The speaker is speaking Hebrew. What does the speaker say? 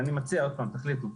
מציע, עוד פעם, תחליטו.